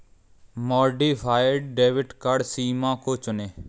modified debit card सीमा को चुनें